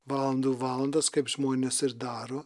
valandų valandas kaip žmonės ir daro